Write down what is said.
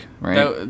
right